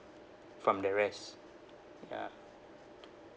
from the rest ya